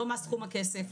לא מה סכום הכסף,